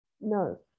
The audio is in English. No